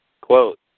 Quote